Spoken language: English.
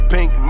Pink